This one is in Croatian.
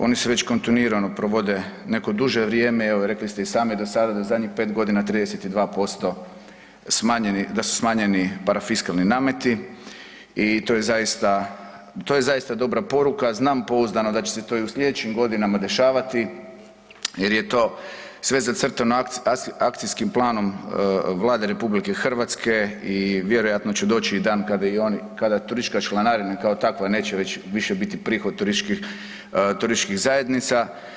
Oni su već kontinuirano provode neko duže vrijeme, evo rekli ste i sami da sada do zadnjih 5 godina 32% da su smanjeni parafiskalni nameti i to je zaista, to je zaista dobra poruka, znam pouzdano da će se to i u sljedećim godinama dešavati jer je to sve zacrtano akcijskim planom Vlade RH i vjerojatno će doći i dan kada i oni, kada turistička članarina kao takva neće već više biti prihod turističkih zajednica.